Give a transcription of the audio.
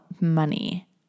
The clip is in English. money